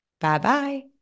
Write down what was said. Bye-bye